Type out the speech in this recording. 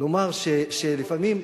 לומר שלפעמים,